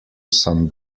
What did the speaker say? some